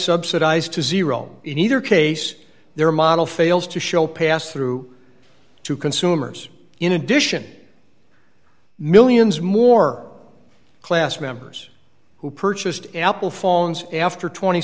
subsidized to zero in either case their model fails to show passed through to consumers in addition millions more class members who purchased apple phones after tw